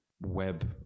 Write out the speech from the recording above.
web